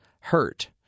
hurt